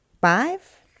five